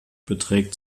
beträgt